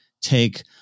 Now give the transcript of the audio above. take